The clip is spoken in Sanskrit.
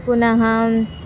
पुनः